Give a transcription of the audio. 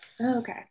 Okay